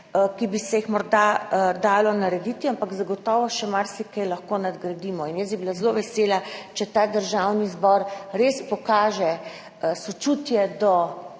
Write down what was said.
ki bi se jih morda dalo narediti, ampak lahko zagotovo še marsikaj nadgradimo. Jaz bi bila zelo vesela, če bi Državni zbor pokazal sočutje do,